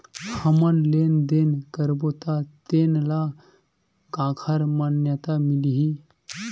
हमन लेन देन करबो त तेन ल काखर मान्यता मिलही?